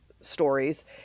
stories